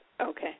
Okay